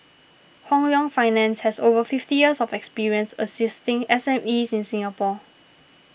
Hong Leong Finance has over fifty years of experience assisting S M Es in Singapore